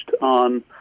on